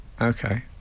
Okay